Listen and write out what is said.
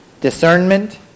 Discernment